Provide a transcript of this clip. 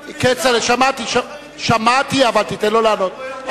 שמעתי, אבל תיתן לו לענות.